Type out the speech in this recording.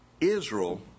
Israel